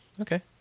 Okay